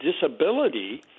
disability